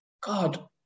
God